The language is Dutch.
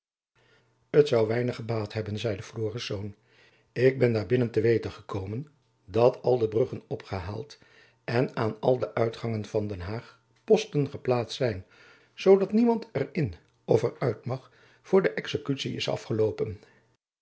t zoû weinig gebaat hebben zeide florisz ik ben daar binnen te weten gekomen dat al de bruggen opgehaald en aan al de uitgangen van den haag posten geplaatst zijn zoo dat niemand er in of er uit mag voor de exekutie is afgeloopen